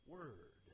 Word